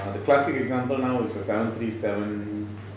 the classic example now is a seven three seven